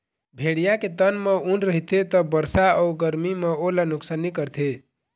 भेड़िया के तन म ऊन रहिथे त बरसा अउ गरमी म ओला नुकसानी करथे